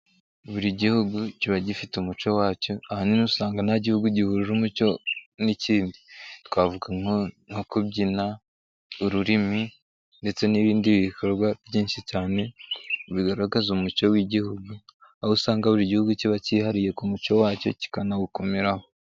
Buri gihugu kiba gifite umuco wacyo, ahanini usanga nta gihugu gihuje umuco n'ikindi, twavuga nko kubyina, ururimi ndetse n'ibindi bikorwa byinshi cyane bigaragaza umuco w'igihugu, aho usanga buri gihugu kiba cyihariye ku mucyo wacyo kikanawukomeraho.